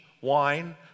wine